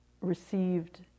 received